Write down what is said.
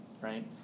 right